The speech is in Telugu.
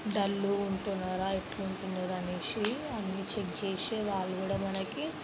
డల్లుగా ఉంటున్నరా ఎట్లా ఉంటున్నారని చెక్ చేసే వాళ్ళు కూడా మనకి